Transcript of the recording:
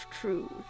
truth